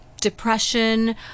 depression